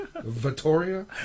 Vittoria